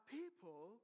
people